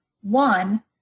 One